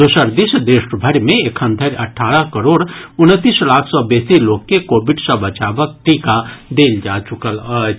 दोसर दिस देशभरि मे एखन धरि अठारह करोड़ उनतीस लाख सँ बेसी लोक के कोविड सँ बचावक टीका देल जा चुकल अछि